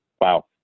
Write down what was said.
Wow